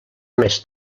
més